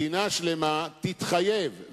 מדינה שלמה תתחייב,